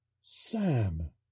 Sam